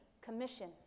commission